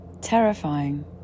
terrifying